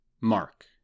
Mark